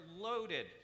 loaded